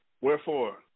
wherefore